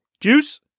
juice